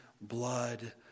blood